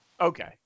Okay